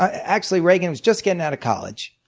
actually, regan was just getting out of college,